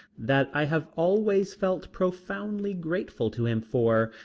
that i have always felt profoundly grateful to him for,